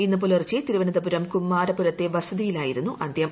ഇന്ന് പുലർച്ചെ തിരുവനന്തപുരം കുമാരപുരത്തെ വസതിയിലായിരുന്നു അന്ത്യം